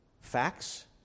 Facts